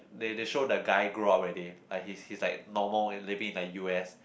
they they show the guy grow up already like he's he's like normal and living in like U_S